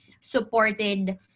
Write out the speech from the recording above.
supported